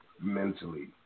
mentally